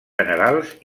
generals